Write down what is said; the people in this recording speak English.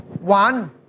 one